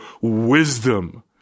Wisdom